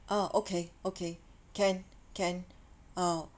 oh okay okay can can oh